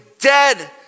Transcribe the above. dead